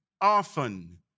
often